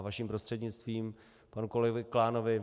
Vaším prostřednictvím panu kolegovi Klánovi.